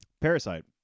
Parasite